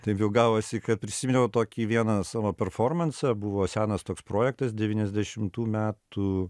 taip jau gavosi kad prisiminiau tokį vieną savo performansą buvo senas toks projektas devyniasdešimtų metų